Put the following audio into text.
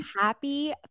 Happy